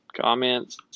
comments